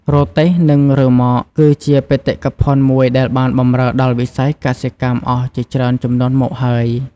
រទេះនឹងរ៉ឺម៉ក គឺជាបេតិកភណ្ឌមួយដែលបានបម្រើដល់វិស័យកសិកម្មអស់ជាច្រើនជំនាន់មកហើយ។